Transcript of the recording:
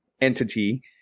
entity